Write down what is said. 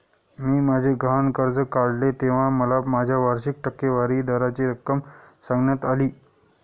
मी माझे गहाण कर्ज काढले तेव्हा मला माझ्या वार्षिक टक्केवारी दराची रक्कम सांगण्यात आली